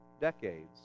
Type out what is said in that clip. decades